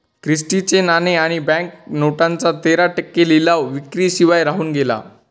Christie चे नाणे आणि बँक नोटांचा तेरा टक्के लिलाव विक्री शिवाय राहून गेला